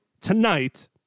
tonight